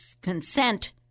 consent